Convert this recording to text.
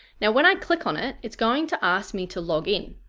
now when i click on it it's going to ask me to log in,